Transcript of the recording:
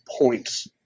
points